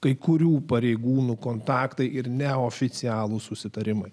kai kurių pareigūnų kontaktai ir neoficialūs susitarimai